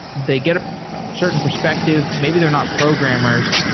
they get a certain perspective. maybe they're not programmers,